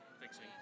fixing